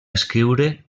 escriure